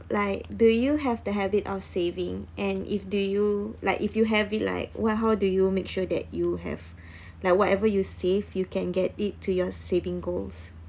like do you have the habit of saving and if do you like if you have it like well how do you make sure that you have like whatever you save you can get it to your saving goals